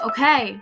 Okay